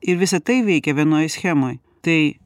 ir visa tai veikia vienoj schemoj tai